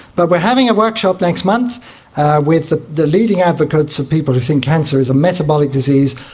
but we are having a workshop next month with the the leading advocates of people who think cancer is a metabolic disease,